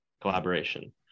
collaboration